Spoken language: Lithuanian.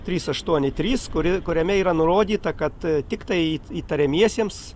trys aštuoni trys kuri kuriame yra nurodyta kad tiktai įtariamiesiems